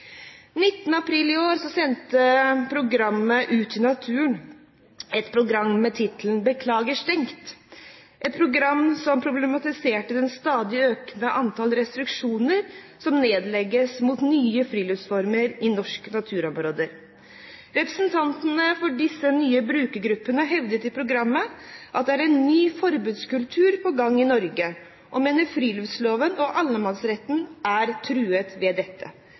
april i år sendte NRK et program i serien «Ut i naturen» med tittelen «Beklager stengt!» Programmet problematiserte det stadig økende antallet restriksjoner som nedlegges på nye friluftsformer i norske naturområder. Representanter for disse nye brukergruppene hevdet i programmet at det er en ny forbudskultur på gang i Norge, og de mener friluftsloven og allemannsretten er truet ved dette.